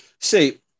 see